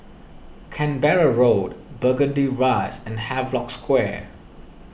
Canberra Road Burgundy Rise and Havelock Square